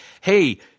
hey